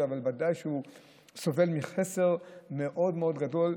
אבל ודאי שהוא סובל מחסר מאוד מאוד גדול.